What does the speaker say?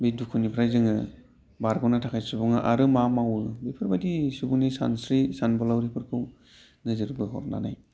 बे दुखुनिफ्राय जोङो बारग'नो थाखाय सुबुंआ आरो मा मावो बेफोरबायदि सुबुंनि सानस्रि सानबोलावरिफोरखौ नोजोर बोहरनानै